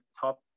top